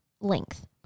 length